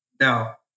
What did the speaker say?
Now